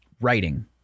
writing